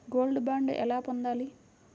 Gold bond ఎలా పొందాలి?